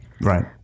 Right